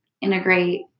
integrate